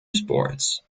sports